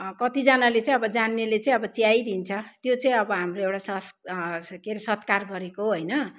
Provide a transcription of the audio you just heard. कतिजनाले चाहिँ अब जान्नेले चाहिँ अब चिया दिन्छ त्यो चाहिँ अब हाम्रो एउटा संस के रे सत्कार गरेको होइन